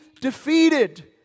defeated